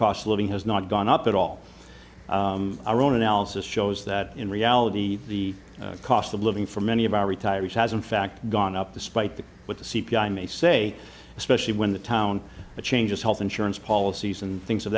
cost of living has not gone up at all our own analysis shows that in reality the cost of living for many of our retirees has in fact gone up despite the what the c p i may say especially when the town changes health insurance policies and things of